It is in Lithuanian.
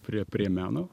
prie prie meno